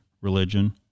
religion